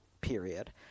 period